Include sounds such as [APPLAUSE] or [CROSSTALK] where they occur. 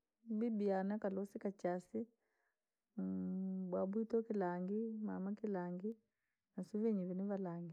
Bibi yaane akalusika chasii, [HESITATION] baabwito kilangi, maama kilangi usivenye ni valangi.